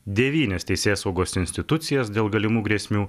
devynias teisėsaugos institucijas dėl galimų grėsmių